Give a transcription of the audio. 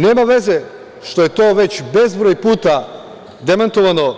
Nema veze što je to već bezbroj puta demantovano